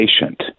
patient